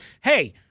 Hey